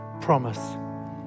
promise